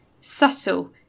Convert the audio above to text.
Subtle